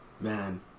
man